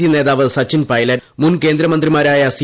C നേതാവ് സച്ചിൻ ഐപ്പിലറ്റ് മുൻ കേന്ദ്രമന്ത്രിമാരായ സി